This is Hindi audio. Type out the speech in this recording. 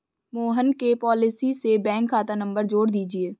मोहन के पॉलिसी से बैंक खाता नंबर जोड़ दीजिए